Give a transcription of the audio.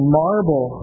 marble